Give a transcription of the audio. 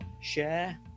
share